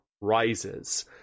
rises